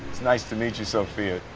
nice to meet you, sophia.